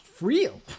real